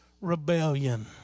rebellion